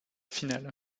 finale